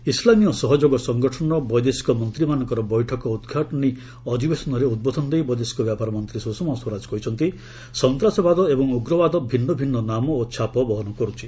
ଇସ୍ଲାମୀୟ ସହଯୋଗ ସଙ୍ଗଠନର ବୈଦେଶିକ ମନ୍ତ୍ରୀମାନଙ୍କର ବୈଠକର ଉଦ୍ଘାଟନୀ ଅଧିବେଶନରେ ଉଦ୍ବୋଧନ ଦେଇ ବୈଦେଶିକ ବ୍ୟାପାର ମନ୍ତ୍ରୀ ସୁଷମା ସ୍ୱରାଜ କହିଛନ୍ତି ସନ୍ତାସବାଦ ଏବଂ ଉଗ୍ରବାଦ ଭିନ୍ନ ଭିନ୍ନ ନାମ ଓ ଛାପ ବହନ କର୍ତ୍ଥି